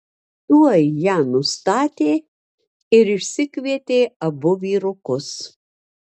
tuoj ją nustatė ir išsikvietė abu vyrukus